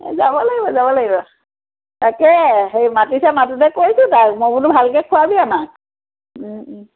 যাব লাগিব যাব লাগিব তাকে সেই মাতিছে মাতোঁতে কৈছোঁ তাক মই বোলো ভালকৈ খুৱাবি আমাক